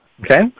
Okay